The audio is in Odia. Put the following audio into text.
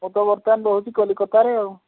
ମୁଁ ତ ବର୍ତ୍ତମାନ ରହୁଛି କଲିକତାରେ ଆଉ